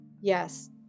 yes